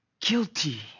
guilty